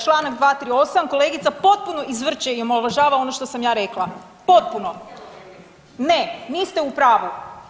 Čl. 238., kolegica potpuno izvrće i omalovažava ono što sam ja rekla, potpuno… [[Upadica iz klupe se ne razumije]] Ne, niste u pravu.